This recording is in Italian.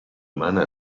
umana